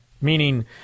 meaning